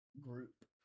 group